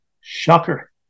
shocker